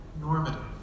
normative